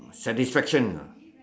satisfaction ah